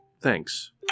thanks